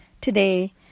today